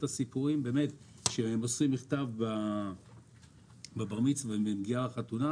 יש לנו הרבה במה להשתפר,